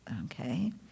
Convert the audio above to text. Okay